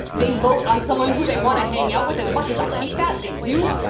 they vote on someone who they want to hang out with as much as i hate that they do.